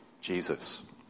Jesus